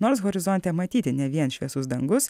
nors horizonte matyti ne vien šviesus dangus